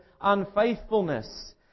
unfaithfulness